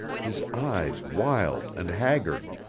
his eyes wild and haggard.